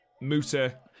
Muta